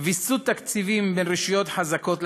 ויסות תקציבים בין רשויות חזקות לחלשות,